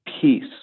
peace